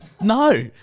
No